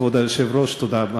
כבוד היושב-ראש, תודה רבה.